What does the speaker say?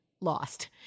lost